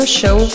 show